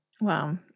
Wow